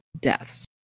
deaths